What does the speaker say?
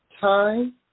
Time